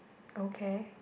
okay